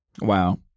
Wow